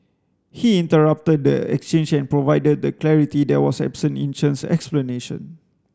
he interrupted the exchange and provided the clarity that was absent in Chen's explanation